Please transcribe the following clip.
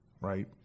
right